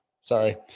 Sorry